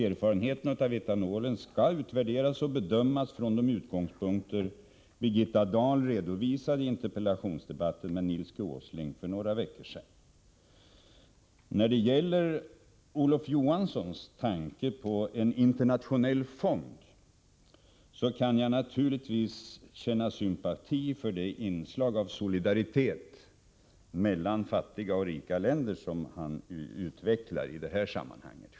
Erfarenheterna av etanolen skall utvärderas och bedömas utifrån de utgångspunkter som Birgitta Dahl redovisade i en interpellationsdebatt med Nils G. Åsling för några veckor sedan. Beträffande Olof Johanssons tanke på en internationell fond vill jag säga att jag självfallet kan känna sympati för det inslag av solidaritet mellan fattiga och rika länder som han utvecklar i det här sammanhanget.